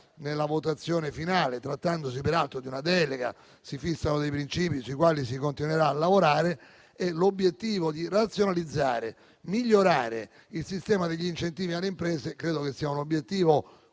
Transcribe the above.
nella votazione finale. Trattandosi peraltro di una delega, si fissano dei principi sui quali si continuerà a lavorare. Credo che l'obiettivo di razionalizzare e migliorare il sistema degli incentivi alle imprese sia condiviso,